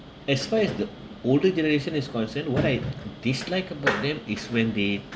as far as the older generation is concern what I dislike about them is when they